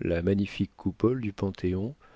la magnifique coupole du panthéon